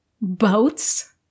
boats